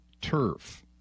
turf